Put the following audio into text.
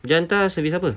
dia hantar sevice apa